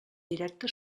directa